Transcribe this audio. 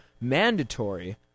mandatory